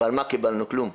אבל מה קיבלנו כלום,